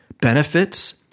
benefits